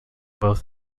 both